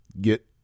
get